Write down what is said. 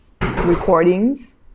recordings